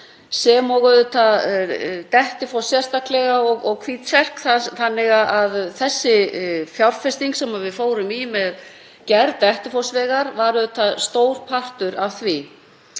sem og auðvitað Dettifossi sérstaklega og Hvítserk. Sú fjárfesting sem við fórum í með gerð Dettifossvegar var auðvitað stór partur af því.